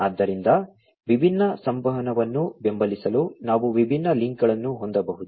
ಆದ್ದರಿಂದ ವಿಭಿನ್ನ ಸಂವಹನವನ್ನು ಬೆಂಬಲಿಸಲು ನಾವು ವಿಭಿನ್ನ ಲಿಂಕ್ಗಳನ್ನು ಹೊಂದಬಹುದು